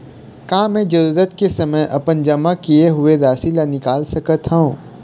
का मैं जरूरत के समय अपन जमा किए हुए राशि ला निकाल सकत हव?